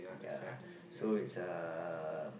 ya so it's uh